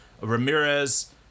Ramirez